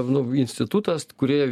nu institutas kurie